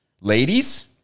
Ladies